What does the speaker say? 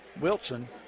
Wilson